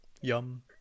Yum